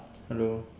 hello